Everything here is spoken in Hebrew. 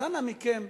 אז אנא מכם,